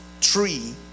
tree